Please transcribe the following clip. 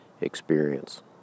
experience